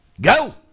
go